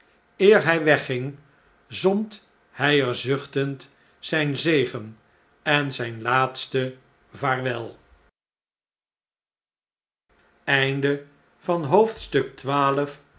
hj wegging zond hij er zuchtend zijn zegen en zijn laatst vaarwel